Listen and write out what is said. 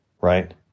right